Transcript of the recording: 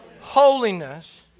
Holiness